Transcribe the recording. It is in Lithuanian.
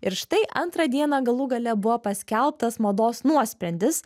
ir štai antrą dieną galų gale buvo paskelbtas mados nuosprendis